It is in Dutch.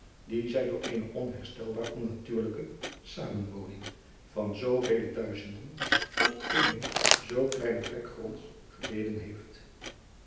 die zij door eene onherstelbaar onnatuurlijke zamenwoning van zoovele duizenden op eene zoo kleine plek gronds geleden heeft